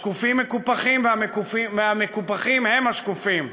השקופים מקופחים והמקופחים הם השקופים.